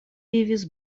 vivis